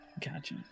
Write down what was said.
Gotcha